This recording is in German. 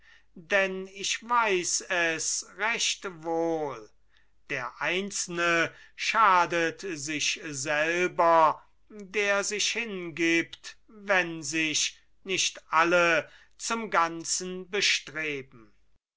denn ich weiß es recht wohl der einzelne schadet sich selber der sich hingibt wenn sich nicht alle zum ganzen bestreben